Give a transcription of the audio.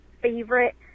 favorite